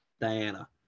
Diana